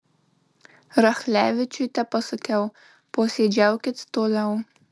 rachlevičiui tepasakiau posėdžiaukit toliau